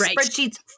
spreadsheet's